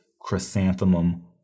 chrysanthemum